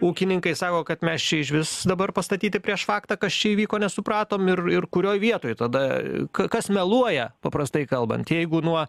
ūkininkai sako kad mes čia išvis dabar pastatyti prieš faktą kas čia įvyko nesupratom ir ir kurioj vietoj tada kas meluoja paprastai kalbant jeigu nuo